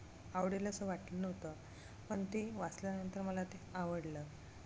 आवडेल असं वाटलं नव्हतं पण ते वाचल्यानंतर मला ते आवडलं